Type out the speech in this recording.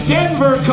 Denver